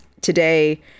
today